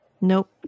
Nope